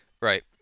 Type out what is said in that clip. Right